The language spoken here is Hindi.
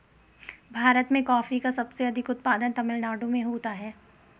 भीरत में कॉफी का सबसे अधिक उत्पादन तमिल नाडु में होता है